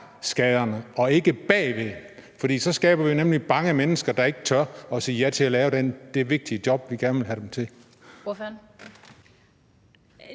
skaderne og ikke bag ved, for ellers skaber vi bange mennesker, der ikke tør at sige ja til at lave det vigtige job, vi gerne vil have dem til.